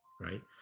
right